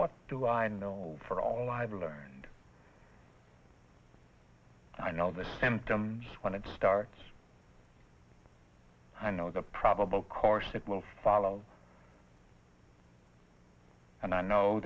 what do i know for all i've learned and i know the symptoms when it starts i know the probable course it will follow and i know